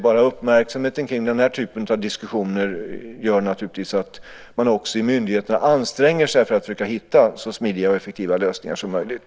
Bara uppmärksamheten kring den här typen av diskussioner gör att man också i myndigheterna anstränger sig för att försöka hitta så smidiga och effektiva lösningar som möjligt.